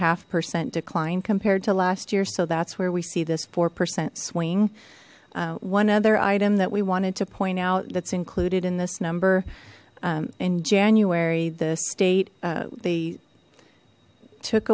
half percent decline compared to last year so that's where we see this four percent swing one other item that we wanted to point out that's included in this number in january the state they took